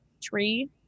tree